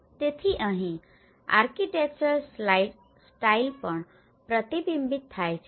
તેથી અહીં architectural style પણ પ્રતિબિંબિત થાય છે